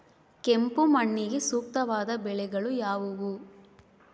ಕೆಂಪು ಮಣ್ಣಿಗೆ ಸೂಕ್ತವಾದ ಬೆಳೆಗಳು ಯಾವುವು?